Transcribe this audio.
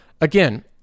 again